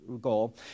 goal